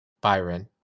Byron